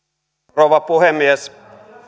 rouva puhemies